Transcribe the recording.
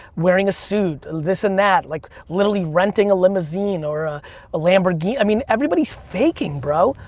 wearing a suit, this and that. like literally renting a limousine, or a lamborghini, i mean everybody's faking bro,